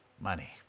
money